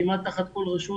כמעט תחת כל רשות